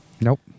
Nope